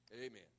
Amen